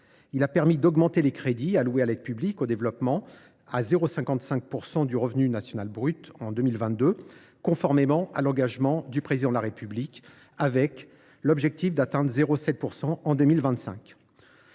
Il a permis de porter les crédits alloués à l’aide publique au développement à 0,55 % du revenu national brut en 2022, conformément à l’engagement du Président de la République, avec l’objectif d’atteindre 0,7 % en 2025.